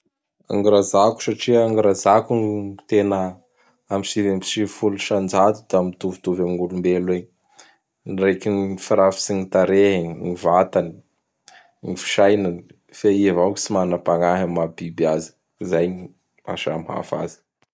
Gny Rajako satria ny Rajako gny tena amin'ny sivy amby sivifolo isan-jato da mitovitovy amin'ny olombelo egny. Ndreky gny firafitsy gn tarehiny, gn vatany, gn fisainany fe i avao tsy manampagnahy amin'ny maha biby azy. Zay gny maha samihafa azy.